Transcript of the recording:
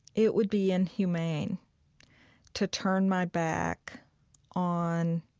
it would be inhumane to turn my back on